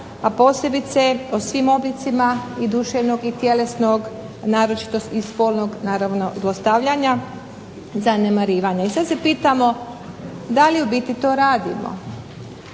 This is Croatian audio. a posebice o svim oblicima i duševnog i tjelesnog naročito i spolnog zlostavljanja, zanemarivanja. I sada se pitamo, da li u biti to radimo?